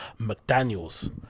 McDaniels